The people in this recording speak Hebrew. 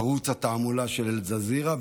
ערוץ התעמולה של אל-ג'זירה.